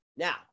Now